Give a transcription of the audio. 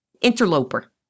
interloper